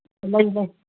ꯂꯩ ꯂꯩ